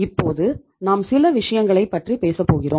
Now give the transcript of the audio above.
இப்போது நாம் சில விஷயங்களைப் பற்றி பேசபோகிறோம்